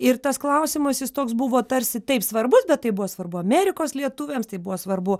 ir tas klausimas jis toks buvo tarsi taip svarbus bet tai buvo svarbu amerikos lietuviams tai buvo svarbu